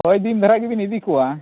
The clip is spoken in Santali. ᱦᱳᱭ ᱫᱤᱱ ᱫᱷᱟᱨᱟ ᱜᱮᱵᱤᱱ ᱤᱫᱤ ᱠᱚᱣᱟ